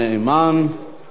ואחרי זה,